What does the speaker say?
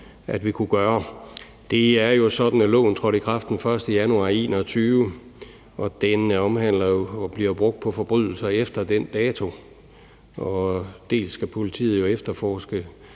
at vi kunne gøre. Det er jo sådan, at loven trådte i kraft den 1. januar 2021, og den omhandler og bliver brugt på forbrydelser efter den dato, og dels skal politiet jo efterforske